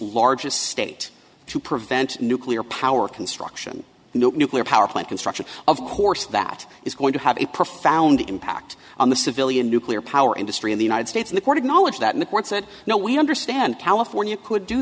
largest state to prevent nuclear power construction nuclear power plant construction of course that is going to have a profound impact on the civilian nuclear power industry in the united states in the court acknowledged that the court said no we understand california could do